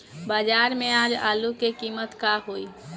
बाजार में आज आलू के कीमत का होई?